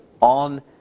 on